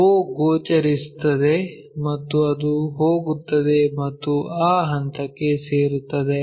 o ಗೋಚರಿಸುತ್ತದೆ ಮತ್ತು ಅದು ಹೋಗುತ್ತದೆ ಮತ್ತು ಆ ಹಂತಕ್ಕೆ ಸೇರುತ್ತದೆ